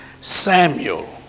Samuel